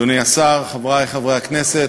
אדוני השר, חברי חברי הכנסת,